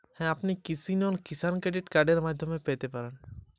আমি কৃষি লোন কিভাবে পাবো?